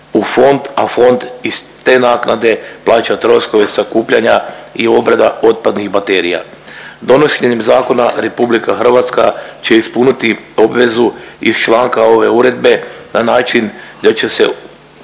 u fond, a fond iz te naknade plaća troškove sakupljanja i obrada otpadnih baterija. Donošenjem zakona RH će ispuniti obvezu iz članka ove uredbe na način jer će se